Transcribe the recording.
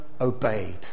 obeyed